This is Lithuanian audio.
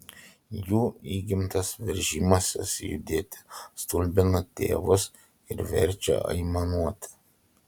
jų įgimtas veržimasis judėti stulbina tėvus ir verčia aimanuoti